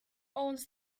owns